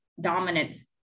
dominance